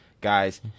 guys